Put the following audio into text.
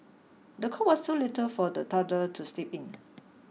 the cot was too little for the toddler to sleep in